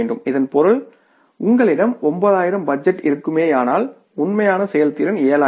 இதன் பொருள் உங்களிடம் 9000 பட்ஜெட் இருக்குமேயானால் உண்மையான செயல்திறன் 7000